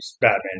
Batman